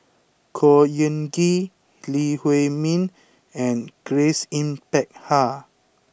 Khor Ean Ghee Lee Huei Min and Grace Yin Peck Ha